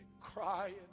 crying